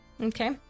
Okay